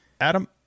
Adam